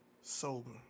sober